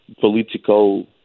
political